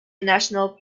national